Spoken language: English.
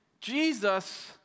Jesus